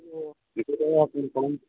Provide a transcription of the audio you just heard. ও কিছু টাকাও কীরকম